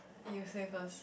you save us